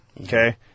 Okay